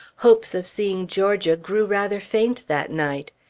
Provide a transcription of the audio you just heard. hopes of seeing georgia grew rather faint, that night.